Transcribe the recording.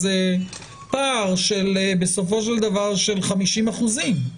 כאשר בסופו של דבר יש פער של 50 אחוזים.